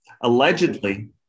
Allegedly